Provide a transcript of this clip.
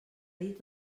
dir